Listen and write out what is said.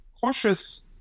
cautious